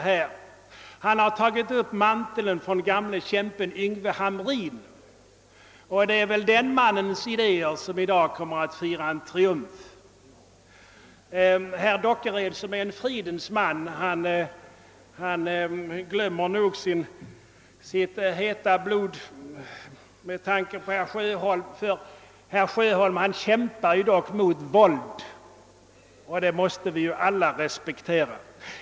Han har tagit upp den gamle kämpen Yngve Hamrins mantel, och det är väl den mannens idéer som i dag kommer att fira en triumf. Herr Dockered som är en fridens man glömmer nog sitt heta blod med tanke på att herr Sjöholm dock kämpar mot våld; det måste vi ju alla respektera.